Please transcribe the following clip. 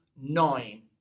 nine